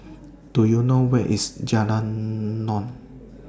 Do YOU know Where IS Jalan Naung